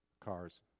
cars